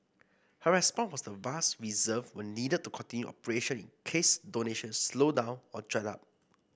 her response vast reserve were needed to continue operations in case donations slowed down or dried up